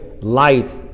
light